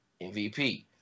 MVP